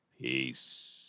Peace